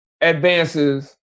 advances